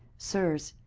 sirs,